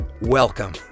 Welcome